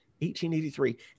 1883